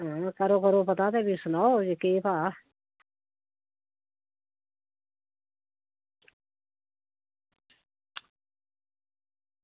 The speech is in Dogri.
करो करो पता ते भी सनाओ केह् भाव